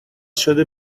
شده